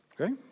Okay